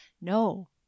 No